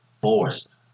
forced